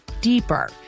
deeper